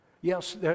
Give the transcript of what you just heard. Yes